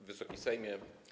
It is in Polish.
Wysoki Sejmie!